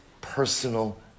personal